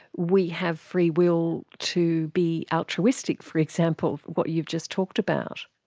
we have free will to be altruistic, for example, what you've just talked about.